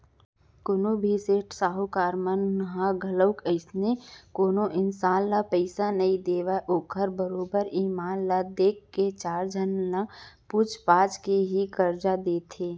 कोनो भी सेठ साहूकार मन ह घलोक अइसने कोनो मनखे ल पइसा नइ देवय ओखर बरोबर ईमान ल देख के चार झन ल पूछ पाछ के ही करजा देथे